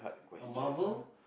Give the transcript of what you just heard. uh Marvel